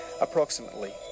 approximately